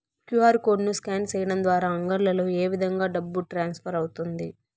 QR code ను scan సేయడం ద్వారా అంగడ్లలో ఏ విధంగా డబ్బు ట్రాన్స్ఫర్ అవుతుంది